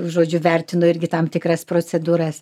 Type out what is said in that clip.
žodžiu vertino irgi tam tikras procedūras